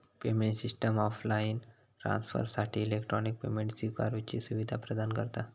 payment system offline ट्रांसफरसाठी electronic payment स्विकारुची सुवीधा प्रदान करता